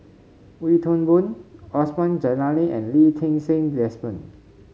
Wee Toon Boon Osman Zailani and Lee Ti Seng Desmond